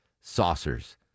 saucers